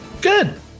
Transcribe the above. Good